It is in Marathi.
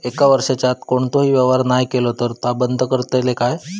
एक वर्षाच्या आत कोणतोही व्यवहार नाय केलो तर ता बंद करतले काय?